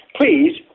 please